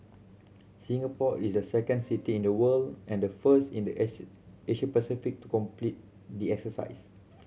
Singapore is the second city in the world and the first in the Asia Asia Pacific to complete the exercise